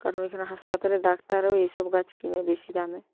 কারণ এখানে হাসপাতালের ডাক্তাররাও এই সব গাছ কেনে বেশি দামে